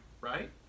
right